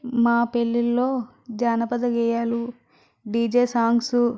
మా పెళ్ళిలలో జానపద గేయాలు డిజే సాంగ్సు